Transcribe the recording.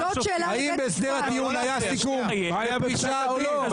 האם בהסדר הטיעון היה סיכום או לא.